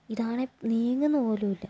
ഇതാണെങ്കിൽ നീങ്ങുന്നുപോലുമില്ല